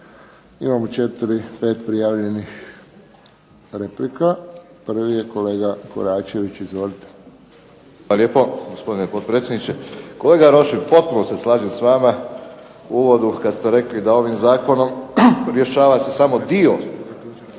Imamo četiri, pet prijavljenih replika. Prvi je kolega Koračević. Izvolite. **Koračević, Zlatko (HNS)** Hvala lijepo gospodine potpredsjedniče. Kolega Rošin, potpuno se slažem s vama u uvodu kad ste rekli da ovim zakonom rješava se samo dio